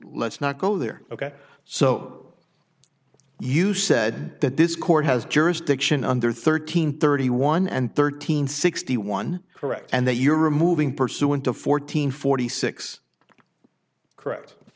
let's not go there ok so you said that this court has jurisdiction under thirteen thirty one and thirteen sixty one correct and that you're removing pursuant to fourteen forty six correct